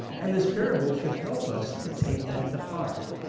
and this parable should help us to take that to heart,